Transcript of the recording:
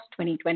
2020